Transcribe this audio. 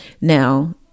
now